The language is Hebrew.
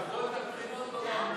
שעברו את הבחינות או לא עברו?